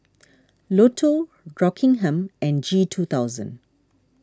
Lotto Rockingham and G two thousand